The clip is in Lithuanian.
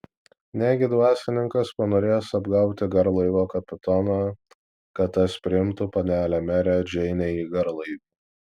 negi dvasininkas panorės apgauti garlaivio kapitoną kad tas priimtų panelę merę džeinę į garlaivį